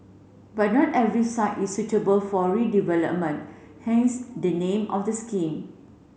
but not every site is suitable for redevelopment hence the name of the scheme